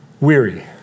weary